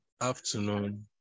afternoon